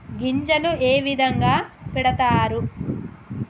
గింజలు ఏ విధంగా పెడతారు?